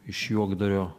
iš juokdario